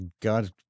God